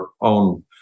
own